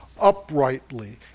uprightly